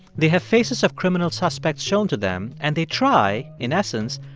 they have faces of criminal suspects shown to them and they try, in essence,